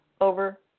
over